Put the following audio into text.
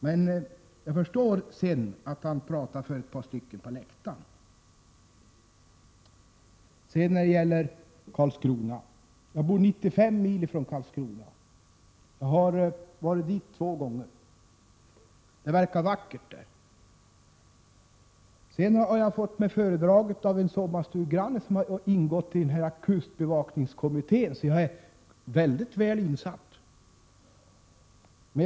Men vad jag förstod senare var att han i går talade för ett par personer på läktaren. Jag bor 95 mil från Karlskrona. Jag har varit där två gånger och tycker att det är vackert där. En sommarstugegranne till mig som har ingått i kustbevakningskommittén har föredragit ärendet för mig, så jag är mycket väl insatt.